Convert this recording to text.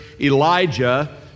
Elijah